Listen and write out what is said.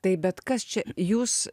tai bet kas čia jūs